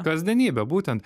kasdienybė būtent